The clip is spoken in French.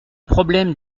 problème